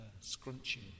scrunching